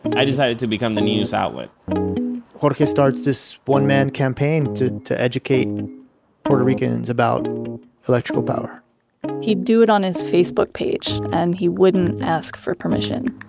i decided to become the news outlet jorge starts this one-man campaign to to educate puerto ricans about electrical power he'd do it on his facebook page, and he wouldn't ask for permission.